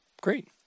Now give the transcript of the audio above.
Great